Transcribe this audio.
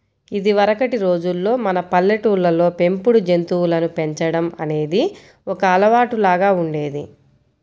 ఇదివరకటి రోజుల్లో మన పల్లెటూళ్ళల్లో పెంపుడు జంతువులను పెంచడం అనేది ఒక అలవాటులాగా ఉండేది